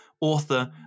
author